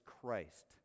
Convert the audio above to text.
christ